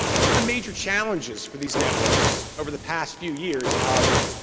one of the major challenges for these networks over the past few years, however,